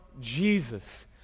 Jesus